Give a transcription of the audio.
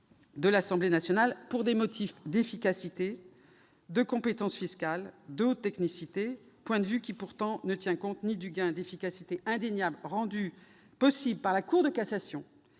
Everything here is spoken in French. instants. Il invoque des motifs d'efficacité et de compétence fiscale d'une haute technicité. Ce point de vue, pourtant, ne tient compte ni du gain d'efficacité indéniable rendu possible par la Cour de cassation,